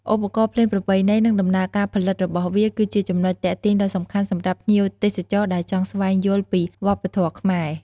ឧបករណ៍ភ្លេងប្រពៃណី និងដំណើរការផលិតរបស់វា គឺជាចំណុចទាក់ទាញដ៏សំខាន់សម្រាប់ភ្ញៀវទេសចរដែលចង់ស្វែងយល់ពីវប្បធម៌ខ្មែរ